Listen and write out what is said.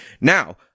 Now